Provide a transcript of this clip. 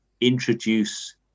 introduce